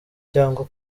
cyangwa